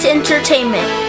entertainment